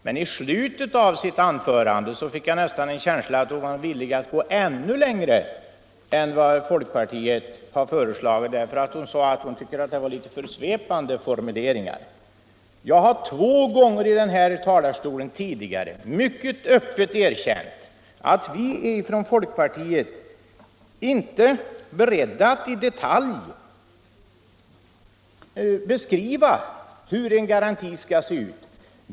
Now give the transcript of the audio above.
Men jag fick nästan en känsla av att hon i slutet av sitt anförande var villig att gå ännu längre än folkpartiet föreslagit. Hon sade att våra formuleringar var litet för svepande. Jag har två gånger i den här talarstolen tidigare mycket öppet erkänt att vi från folkpartiet inte är beredda att i detalj beskriva hur en garanti skall se ut.